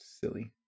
Silly